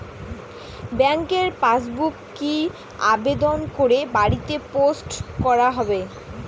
ব্যাংকের পাসবুক কি আবেদন করে বাড়িতে পোস্ট করা হবে?